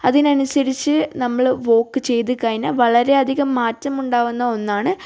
അതിനനുസരിച്ച് നമ്മൾ വോക്ക് ചെയ്തുകഴിഞ്ഞാൽ വളരെയധികം മാറ്റമുണ്ടാവുന്ന ഒന്നാണ്